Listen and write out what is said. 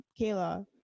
Kayla